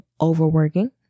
overworking